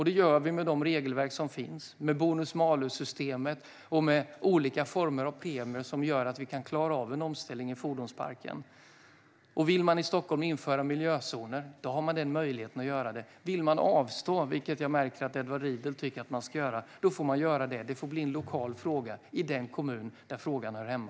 Det gör vi med de regelverk som finns - med bonus-malus-systemet och med olika former av premier som gör att vi kan klara av en omställning av fordonsparken. Vill man i Stockholm införa miljözoner har man möjlighet att göra det. Vill man avstå, vilket jag märker att Edward Riedl tycker att man ska, får man göra det. Det får bli en lokal fråga i den kommun där frågan hör hemma.